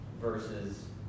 versus